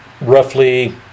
roughly